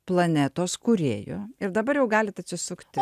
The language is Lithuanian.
planetos kūrėjo ir dabar jau galit atsisukti